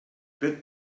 but